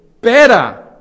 better